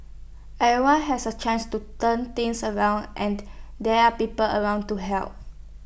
everyone has A chance to turn things around and there are people around to help